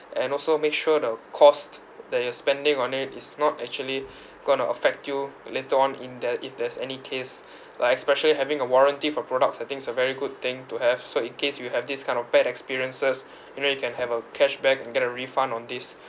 and also make sure the cost that you're spending on it is not actually going to affect you later on in there if there's any case like especially having a warranty for products I think it's a very good thing to have so in case you have this kind of bad experiences you know you can have a cashback and get a refund on this